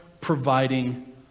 providing